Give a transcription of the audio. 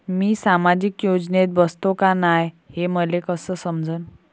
मी सामाजिक योजनेत बसतो का नाय, हे मले कस समजन?